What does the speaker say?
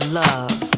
love